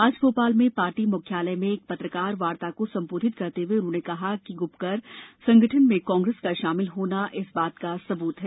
आज भोपाल में पार्टी मुख्यालय में एक पत्रकारवार्ता को संबोधित करते हुए उन्होंने कहा कि गुपकर गठबंधन में कांग्रेस का शामिल होना इस बात का सबूत है